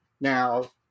Now